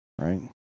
Right